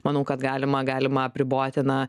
manau kad galima galima apriboti na